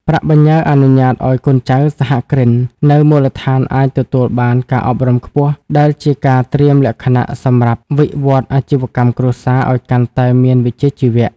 ប្រាក់បញ្ញើអនុញ្ញាតឱ្យកូនចៅសហគ្រិននៅមូលដ្ឋានអាចទទួលបានការអប់រំខ្ពស់ ដែលជាការត្រៀមលក្ខណៈសម្រាប់វិវត្តន៍អាជីវកម្មគ្រួសារឱ្យកាន់តែមានវិជ្ជាជីវៈ។